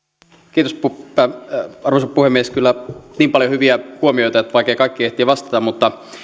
arvoisa puhemies kyllä oli niin paljon hyviä huomioita että vaikea kaikkiin ehtiä vastata mutta